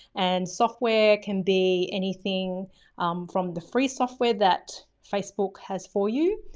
and software can be anything from the free software that facebook has for you,